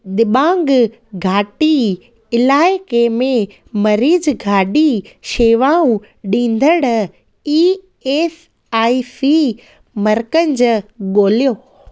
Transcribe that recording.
दिबांग घाटी इलाइके में मरीज़ गाॾी शेवाऊं ॾींदड़ु ई एस आई सी मर्कंज़ ॻोल्हियो